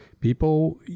People